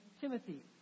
Timothy